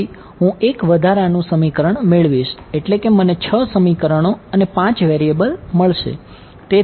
તેથી હું એક વધારાનું સમીકરણ મેળવીશ એટલે કે મને છ સમીકરણો અને પાંચ વેરીએબલ મળશે